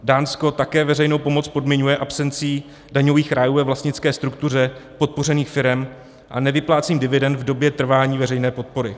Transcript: Dánsko také veřejnou pomoc podmiňuje absencí daňových rájů ve vlastnické struktuře podpořených firem a nevyplácení dividend v době trvání veřejné podpory.